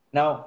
Now